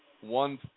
one